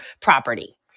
property